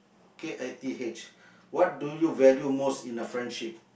K I T H what do you value most in a friendship